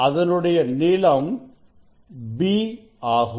அதனுடைய நீளம் b ஆகும்